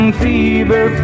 fever